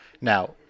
Now